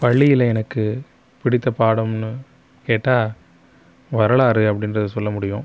பள்ளியில் எனக்கு பிடித்த பாடமுன்னு கேட்டால் வரலாறு அப்படின்றத சொல்ல முடியும்